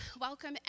welcome